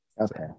okay